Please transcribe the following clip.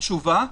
התשובה: